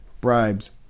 Bribes